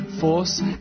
Force